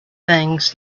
things